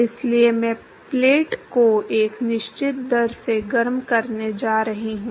इसलिए मैं प्लेट को एक निश्चित दर से गर्म करने जा रहा हूं